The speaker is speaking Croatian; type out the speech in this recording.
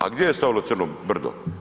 A gdje je stavilo crno brdo?